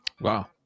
wow